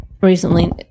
recently